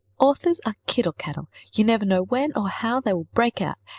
authors are kittle cattle. you never know when or how they will break out.